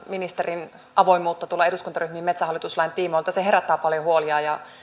ministerin avoimuutta tulla eduskuntaryhmiin metsähallitus lain tiimoilta se herättää paljon huolia ja